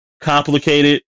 complicated